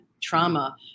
trauma